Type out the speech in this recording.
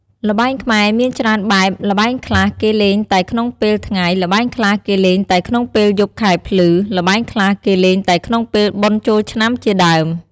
ល្បែងខ្មែរ មានច្រើនបែប ល្បែងខ្លះគេលេងតែក្នុងពេលថ្ងៃ ល្បែងខ្លះគេលេងតែក្នុងពេលយប់ខែភ្លឺ ល្បែងខ្លះគេលេងតែក្នុងពេលបុណ្យចូលឆ្នាំជាដើម។